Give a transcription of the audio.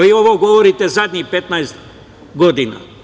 Vi ovo govorite zadnjih 15 godina.